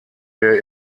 der